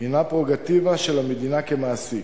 הינה פררוגטיבה של המדינה כמעסיק,